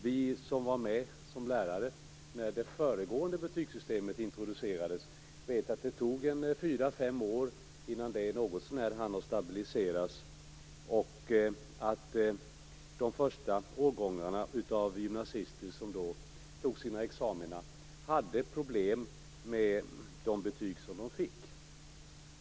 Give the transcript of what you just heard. Vi som var med som lärare då det föregående betygsystemet introducerades vet att det tog fyra-fem år innan det något så när hann stabiliseras. De första årgångarna av gymnasister som tog sina examina hade problem med de betyg som de fick.